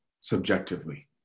subjectively